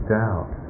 doubt